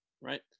right